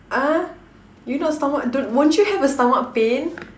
uh you not stomach don't won't you have a stomach pain